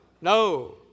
no